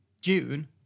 June